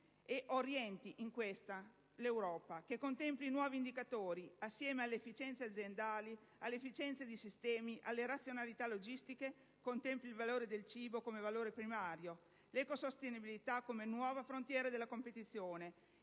e orienti in questa visione l'Europa; che contempli nuovi indicatori assieme alle efficienze aziendali, alle efficienze dei sistemi, alle razionalità logistiche; che contempli il valore del cibo come valore primario e l'ecosostenibilità come nuova frontiera della competizione,